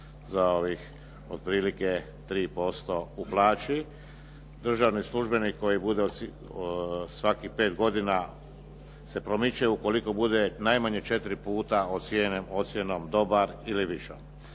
za ovih otprilike 3% u plaći. Državni službenik koji bude svakih 5 godina se promiče, ukoliko bude najmanje 4 puta ocijenjen ocjenom dobar ili višom.